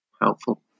Helpful